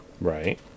Right